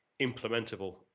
implementable